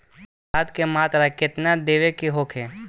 खाध के मात्रा केतना देवे के होखे?